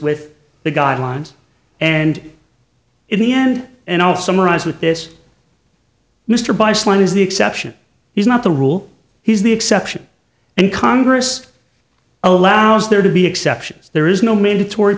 with the guidelines and in the end and i'll summarize with this mr bice line is the exception he's not the rule he's the exception and congress allows there to be exceptions there is no mandatory